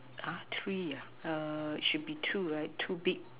!huh! three ah err should be two right two big